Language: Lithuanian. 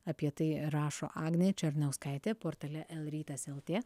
apie tai rašo agnė černiauskaitė portale el rytas lt